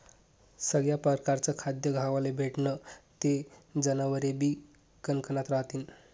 सगया परकारनं खाद्य खावाले भेटनं ते जनावरेबी कनकनात रहातीन